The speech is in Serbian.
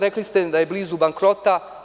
Rekli ste da je blizu bankrota.